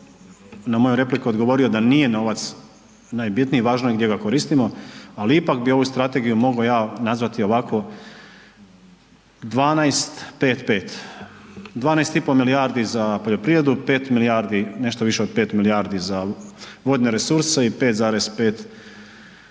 na moju repliku odgovorio da nije novac najbitniji, važno je gdje ga koristimo, ali ipak bi ovu Strategiju mogao ja nazvati ovako 12-5-5, 12 i po milijardi za poljoprivredu, 5 milijardi, nešto više od 5 milijardi za vodne resurse, i 5,5 milijardi